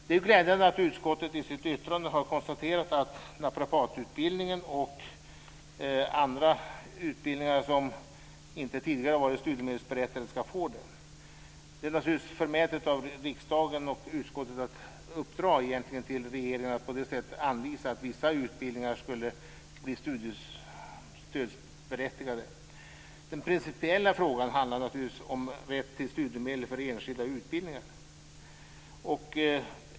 Det är glädjande att utskottet i sitt yttrande har konstaterat att naprapatutbildningen och andra utbildningar som inte tidigare har varit studiemedelsberättigade ska bli det. Det är naturligtvis förmätet av riksdagen och utskottet att uppdra till regeringen att på det sättet anvisa att vissa utbildningar ska bli studiestödsberättigade. Den principiella frågan handlar naturligtvis om rätt till studiemedel för enskilda utbildningar.